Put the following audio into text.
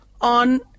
on